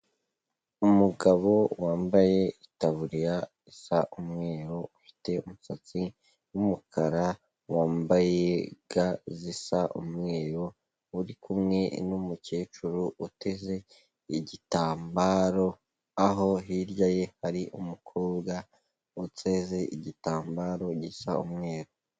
Umugabo wambaye itaburiya isa umweru, ufite umusatsi w'umukara, wambaye ga zisa umweru, uri kumwe n'umukecuru uteze igitambaro, aho hirya ye hari umukobwa uteze igitambaro gisa umweru.